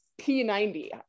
P90